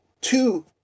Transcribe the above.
two